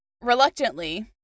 Reluctantly